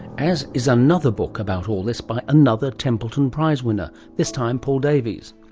as is another book about all this by another templeton prize winner, this time paul davies.